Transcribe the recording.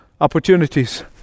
opportunities